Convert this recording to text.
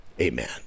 Amen